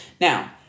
Now